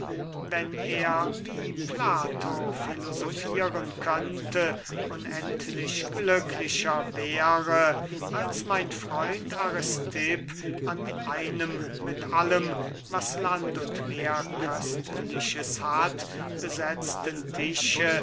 wenn er wie plato filosofieren könnte unendlich glücklicher wäre als mein freund aristipp an einem mit allem was land und meer köstliches hat besetzten tische